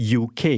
UK